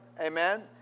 Amen